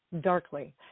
darkly